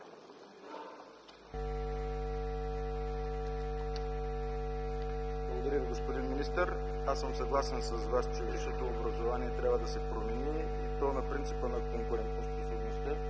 Благодаря, господин министър - аз съм съгласен с Вас, че висшето образование трябва да се промени, и то на принципа на конкурентоспособността,